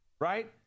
right